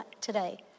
today